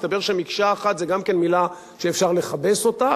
מסתבר ש"מקשה אחת" זו גם כן מלה שאפשר לכבס אותה,